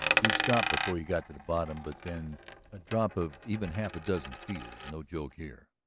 you'd stop before you got to the bottom, but then a drop of even half a dozen feet is no joke here.